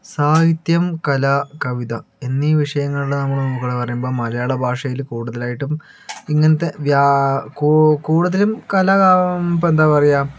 സാഹിത്യം കല കവിത എന്നീ വിഷയങ്ങൾ നമ്മള് മുകളിൽ പറയുമ്പോൾ മലയാള ഭാഷയില് കൂടുതലായിട്ടും ഇങ്ങനത്തെ വ്യാ കൂ കൂടുതലും കലാ ഇപ്പോൾ എന്താ പറയുക